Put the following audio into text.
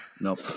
Nope